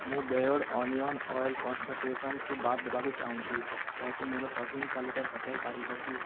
ମୁଁ ବେୟର୍ଡ଼ୋ onion oil କନ୍ସେନ୍ଟ୍ରେସନକୁ ବାଦ୍ ଦେବାକୁ ଚାହୁଁଛି ଏହାକୁ ମୋର ସପିଂ ତାଲିକାରୁ ହଟାଇ ପାରିବ କି